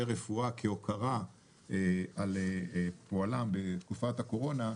רפואה כהוקרה על פועלם בתקופת הקורונה,